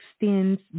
extends